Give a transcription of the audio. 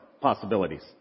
possibilities